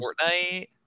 Fortnite